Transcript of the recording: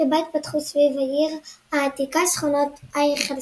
בה התפתחו סביב העיר העתיקה שכונות העיר החדשה,